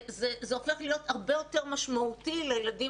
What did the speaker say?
זה הופך להיות הרבה יותר משמעותי לילדים